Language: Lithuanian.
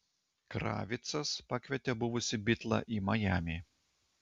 kravitcas pakvietė buvusį bitlą į majamį